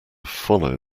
follow